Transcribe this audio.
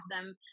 awesome